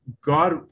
god